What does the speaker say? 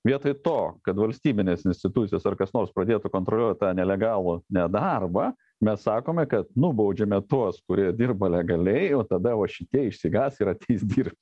vietoj to kad valstybinės institucijos ar kas nors pradėtų kontroliuot tą nelegalų nedarbą mes sakome kad nubaudžiame tuos kurie dirba legaliai o tada va šitie išsigąs ir ateis dirbt